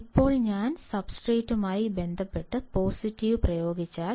ഇപ്പോൾ ഞാൻ സബ്സ്ട്രേറ്റുമായി ബന്ധപ്പെട്ട് പോസിറ്റീവ് പ്രയോഗിച്ചാൽ